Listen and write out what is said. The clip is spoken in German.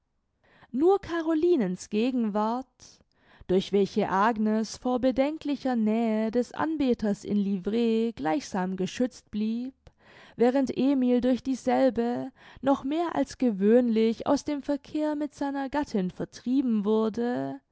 nur carolinens gegenwart durch welche agnes vor bedenklicher nähe des anbeters in livree gleichsam geschützt blieb während emil durch dieselbe noch mehr als gewöhnlich aus dem verkehr mit seiner gattin vertrieben wurde